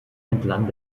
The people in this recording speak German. entlang